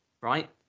right